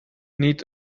need